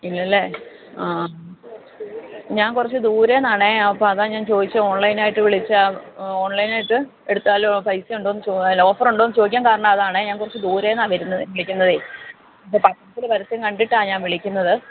ഇല്ലല്ലേ ആ ഞാന് കുറച്ച് ദൂരെ നിന്നാണ് അപ്പം അതാ ഞാന് ചോദിച്ചത് ഓണ്ലൈനായിട്ട് വിളിച്ചാൽ ഓണ്ലൈനായിട്ട് എടുത്താലും പൈസയൊണ്ടോന്ന് ചോദിക്കാൻ അല്ല ഓഫറൊണ്ടോന്ന് ചോദിക്കാന് കാരണം അതാണ് ഞാന് കുറച്ച് ദൂരെ നിന്നാണ് വരുന്നത് വിളിക്കുന്നത് മുൻപേ പത്രത്തിൽ പരസ്യം കണ്ടിട്ടാണ് ഞാന് വിളിക്കുന്നത്